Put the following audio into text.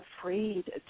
afraid